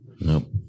Nope